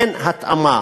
אין התאמה.